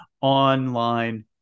online